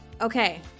Okay